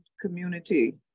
community